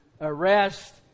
arrest